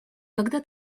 когда